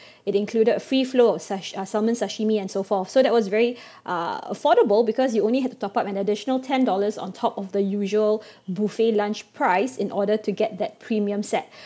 it included free flow of sash~ uh salmon sashimi and so forth so that was very uh affordable because you only have to top up an additional ten dollars on top of the usual buffet lunch price in order to get that premium set